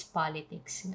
politics